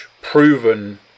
proven